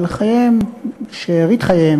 אבל שארית חייהם,